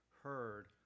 heard